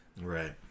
right